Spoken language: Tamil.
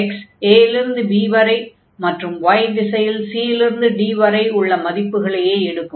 x a இலிருந்து b வரை மற்றும் y திசையில் c இலிருந்து d வரை உள்ள மதிப்புகளையே எடுக்கும்